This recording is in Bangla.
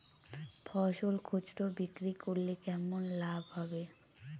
ফসল খুচরো বিক্রি করলে কেমন লাভ হবে?